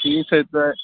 ٹھیٖک حظ چھُ سر